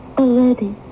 already